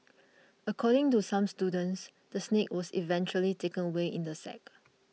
according to some students the snake was eventually taken away in a sack